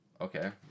Okay